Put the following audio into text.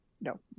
No